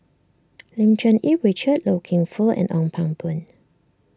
Lim Cherng Yih Richard Loy Keng Foo and Ong Pang Boon